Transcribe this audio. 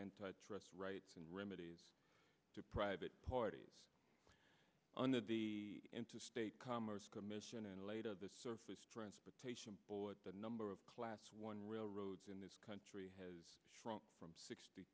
antitrust rights and remedies to private parties under the interstate commerce commission and later the surface transportation board the number of class one railroads in this country has shrunk from